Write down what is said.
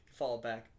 fallback